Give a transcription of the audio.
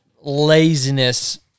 laziness